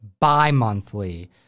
bi-monthly